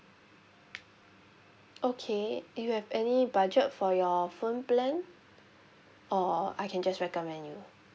okay do you have any budget for your phone plan or I can just recommend you